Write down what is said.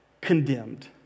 condemned